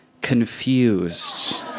confused